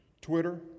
Twitter